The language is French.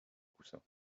coussins